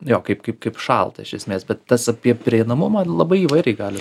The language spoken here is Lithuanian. jo kaip kaip kaip šalta iš esmės bet tas apie prieinamumą labai įvairiai gali